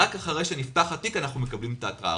רק אחרי שנפתח התיק, אנחנו מקבלים את ההתרעה.